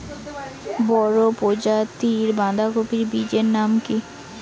বড় প্রজাতীর বাঁধাকপির বীজের নাম কি?